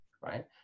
right